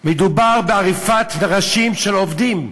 מדובר בעריפת ראשים של עובדים.